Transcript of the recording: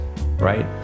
right